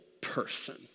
person